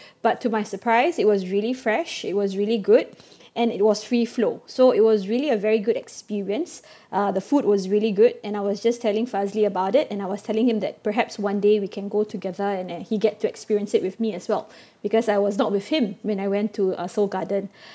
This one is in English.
but to my surprise it was really fresh it was really good and it was free flow so it was really a very good experience uh the food was really good and I was just telling Fazli about it and I was telling him that perhaps one day we can go together and that he get to experience it with me as well because I was not with him when I went to uh seoul garden